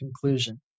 conclusion